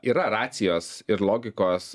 yra racijos ir logikos